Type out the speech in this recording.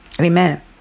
Amen